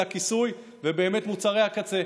זה הכיסוי ובאמת מוצרי הקצה.